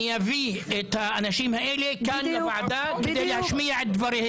אביא את האנשים האלה כאן לוועדה כדי להשמיע את דבריהם.